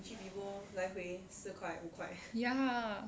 ya